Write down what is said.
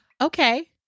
okay